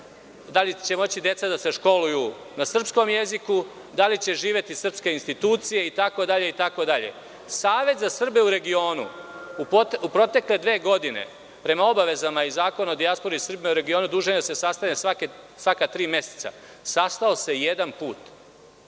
da li će moći deca da se školuju na srpskom jeziku, da li će živeti srpske institucije itd? Savet za Srbe u regionu u protekle dve godine, prema obavezama iz Zakona o dijaspori, dužan je da se sastaje svaka tri meseca. Sastao se samo